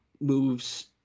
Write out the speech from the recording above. moves